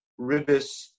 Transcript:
ribis